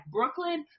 Brooklyn